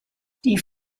die